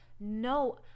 no